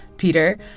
Peter